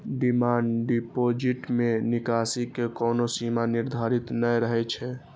demand deposit मे निकासी के कोनो सीमा निर्धारित नै रहै छै